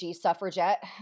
suffragette